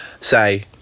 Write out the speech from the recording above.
say